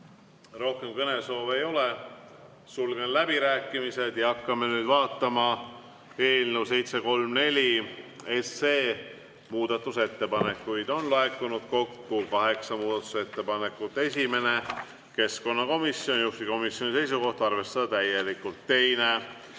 Rohkem kõnesoove ei ole, sulgen läbirääkimised. Hakkame nüüd vaatama eelnõu 734 muudatusettepanekuid. On laekunud kokku kaheksa muudatusettepanekut. Esimene, keskkonnakomisjonilt, juhtivkomisjoni seisukoht on arvestada täielikult. Teine,